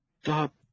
Stop